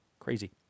crazy